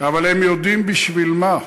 אבל הם יודעים בשביל מה,